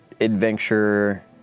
adventure